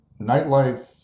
nightlife